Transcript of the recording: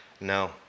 No